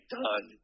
done